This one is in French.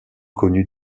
connue